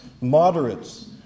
moderates